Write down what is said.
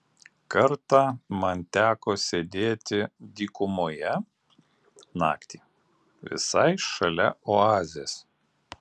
kartą man teko sėdėti dykumoje naktį visai šalia oazės